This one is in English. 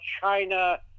China